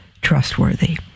trustworthy